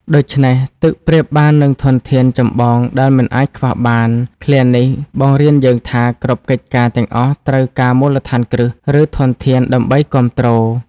ដូច្នេះ ទឹកប្រៀបបាននឹងធនធានចម្បងដែលមិនអាចខ្វះបាន ឃ្លានេះបង្រៀនយើងថា គ្រប់កិច្ចការទាំងអស់ត្រូវការមូលដ្ឋានគ្រឹះ ឬធនធាន ដើម្បីគាំទ្រ។